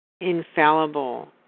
infallible